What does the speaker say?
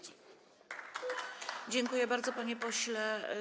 Dziękuję bardzo, panie pośle.